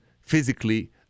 physically